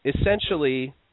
essentially